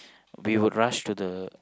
we would rush to the